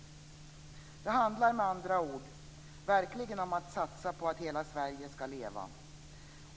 Det handlar med andra ord om att verkligen satsa på att hela Sverige skall leva.